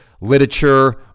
literature